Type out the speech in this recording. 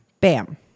bam